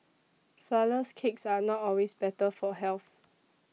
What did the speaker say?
Flourless Cakes are not always better for health